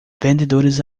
vendedores